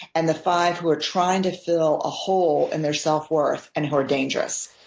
and the five who are trying to fill a hole in their self-worth and who are dangerous.